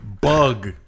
bug